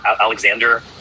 Alexander